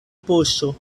poŝo